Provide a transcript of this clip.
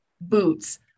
boots